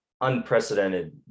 Unprecedented